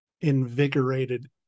invigorated